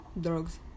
Drugs